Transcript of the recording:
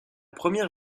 première